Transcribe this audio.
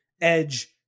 Edge